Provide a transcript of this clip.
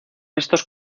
estos